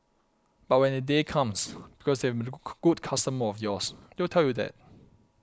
but when that day comes because they have been a good customer of yours they will tell you that